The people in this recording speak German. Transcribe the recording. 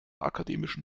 akademischen